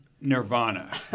nirvana